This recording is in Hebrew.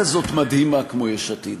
מדהימה כמו יש עתיד?